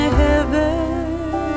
heaven